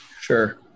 Sure